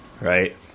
Right